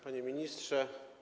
Panie Ministrze!